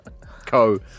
Co